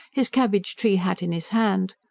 his cabbage-tree hat in his hand.